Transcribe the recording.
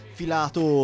filato